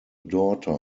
daughter